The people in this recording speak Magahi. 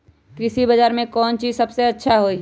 कृषि बजार में कौन चीज सबसे अच्छा होई?